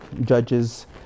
Judges